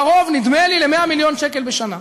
קרוב, נדמה לי, ל-100 מיליון שקל בשנה.